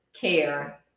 care